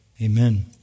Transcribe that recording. Amen